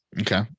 okay